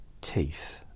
Teeth